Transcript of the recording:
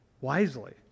wisely